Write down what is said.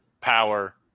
power